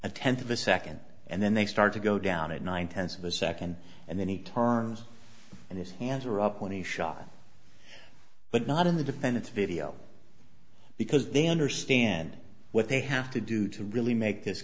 of a second and then they start to go down at nine tenths of a second and then he turns and his hands are up when he shot but not in the defendant's video because they understand what they have to do to really make this